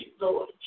Lord